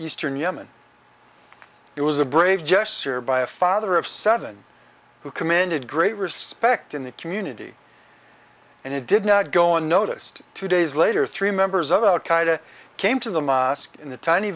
eastern yemen it was a brave gesture by a father of seven who commanded great respect in the community and it did not go unnoticed two days later three members of al qaeda came to the mosque in the tiny